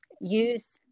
use